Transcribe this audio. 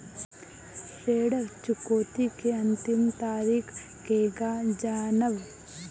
ऋण चुकौती के अंतिम तारीख केगा जानब?